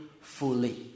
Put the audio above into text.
fully